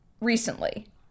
recently